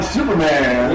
Superman